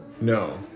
No